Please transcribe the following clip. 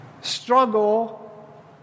Struggle